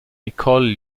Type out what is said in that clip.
école